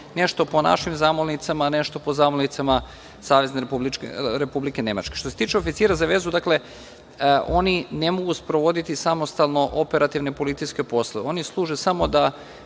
nešto po našim zamolnicima, a nešto po zamolnicama Savezne Republike Nemačke. Što se tiče oficira za vezu, dakle, oni ne mogu sprovoditi samostalno, operativne policijske poslove, oni služe samo da